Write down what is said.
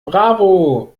bravo